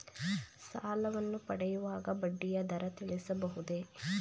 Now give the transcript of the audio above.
ಸಾಲವನ್ನು ಪಡೆಯುವಾಗ ಬಡ್ಡಿಯ ದರ ತಿಳಿಸಬಹುದೇ?